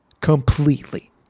Completely